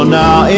now